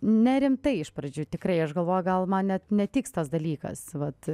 nerimtai iš pradžių tikrai aš galvoju gal man net netiks tas dalykas vat